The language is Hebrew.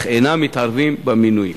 אך אינם מתערבים במינוי.